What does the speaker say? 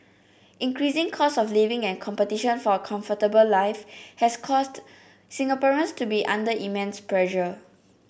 increasing cost of living and competition for a comfortable life have caused Singaporeans to be under immense pressure